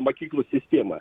mokyklų sistemą